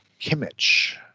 Kimmich